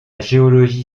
géologie